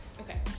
okay